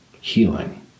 healing